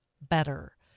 better